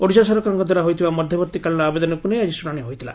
ଓଡ଼ିଶା ସରକାରଙ୍କ ଦ୍ୱାରା ହୋଇଥିବା ମଧ୍ଘବର୍ତ୍ତୀକାଳୀନ ଆବେଦନକୁ ନେଇ ଆକି ଶୁଣାଶି ହୋଇଥିଲା